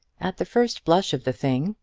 at the first blush of the thing,